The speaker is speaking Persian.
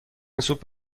سوپ